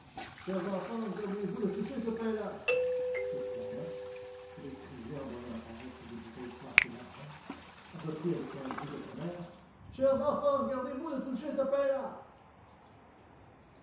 chers enfants gardez-vous de toucher ce pain-là toute la noce électrisée en voyant apparaître les bouteilles coiffées d'argent reprit avec un bruit de tonnerre chers enfants gardez-vous de toucher ce pain-là